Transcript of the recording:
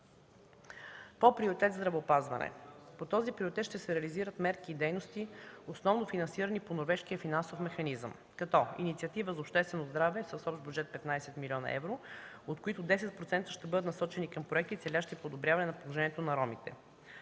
По приоритет „Здравеопазване”. По този приоритет ще се реализират мерки и дейности, основно финансирани по норвежкия финансов механизъм, като: инициатива за обществено здраве с общ бюджет 15 млн. евро, от които 10% ще бъдат насочени към проекти, целящи подобряване положението на ромите.